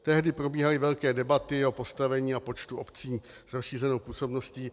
Tehdy probíhaly velké debaty o postavení a počtu obcí s rozšířenou působností.